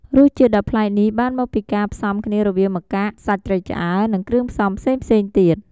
រសជាតិដ៏ប្លែកនេះបានមកពីការផ្សំគ្នារវាងម្កាក់ សាច់ត្រីឆ្អើរ និងគ្រឿងផ្សំផ្សេងៗទៀត។